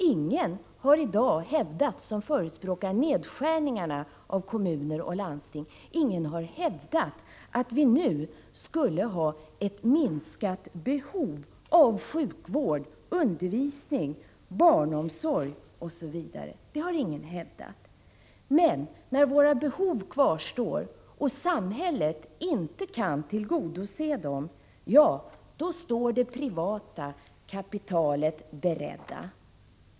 Ingen som förespråkar nedskärningarna i kommuner och landsting har i dag hävdat att vi nu skulle ha ett minskat behov av sjukvård, undervisning, barnomsorg osv. Men när våra behov kvarstår och samhället inte kan tillgodose dem — ja, då står det privata kapitalet berett.